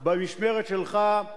במשמרת שלך,